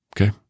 okay